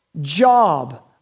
job